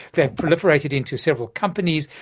they've proliferated into several companies,